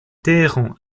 téhéran